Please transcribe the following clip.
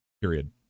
period